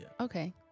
Okay